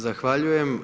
Zahvaljujem.